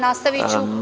Nastaviću